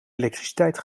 elektriciteit